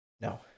no